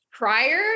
prior